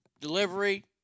delivery